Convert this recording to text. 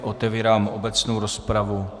Otevírám obecnou rozpravu.